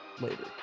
later